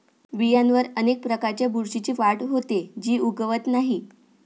बियांवर अनेक प्रकारच्या बुरशीची वाढ होते, जी उगवत नाही